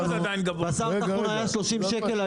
בשר טחון היה שלושים שקלים,